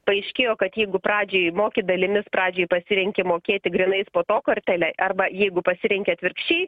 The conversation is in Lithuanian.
paaiškėjo kad jeigu pradžiai moki dalimis pradžiai pasirenki mokėti grynais po to kortele arba jeigu pasirenki atvirkščiai